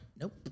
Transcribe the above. nope